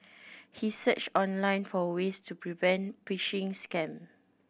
he searched online for ways to prevent phishing scam